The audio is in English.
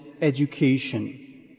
education